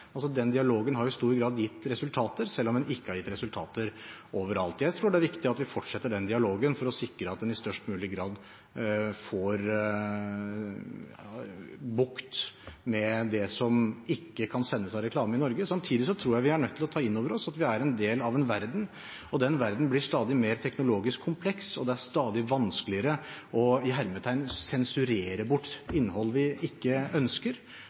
Den dialogen har i stor grad gitt resultater, selv om den ikke har gitt resultater over alt. Jeg tror det er viktig at vi fortsetter den dialogen for å sikre at en i størst mulig grad får bukt med det som ikke kan sendes som reklame i Norge. Samtidig tror jeg vi er nødt til å ta inn over oss at vi er en del av en verden, den verdenen blir stadig mer teknologisk kompleks, og det er stadig vanskeligere å sensurere bort innhold vi ikke ønsker.